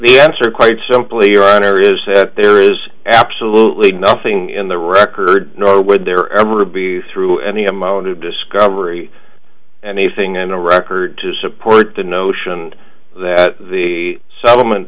may answer quite simply your honor is that there is absolutely nothing in the records nor would there ever be through any amount of discovery and anything in a record to support the notion that the settlement